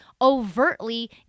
overtly